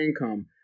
income